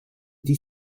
die